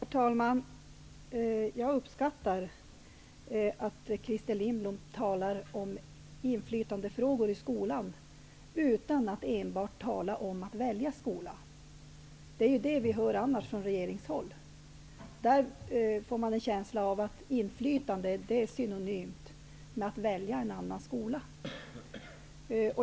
Herr talman! Jag uppskattar att Christer Lindblom talar om inflytande i skolan utan att enbart tala om att man skall få välja skola. Det är ju vad vi annars får höra från regeringshåll. Man får en känsla av att inflytande är synonymt med att kunna välja en annan skola.